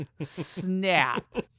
snap